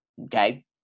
Okay